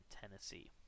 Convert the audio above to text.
Tennessee